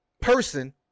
person